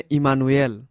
Immanuel